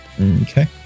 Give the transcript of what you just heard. Okay